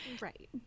Right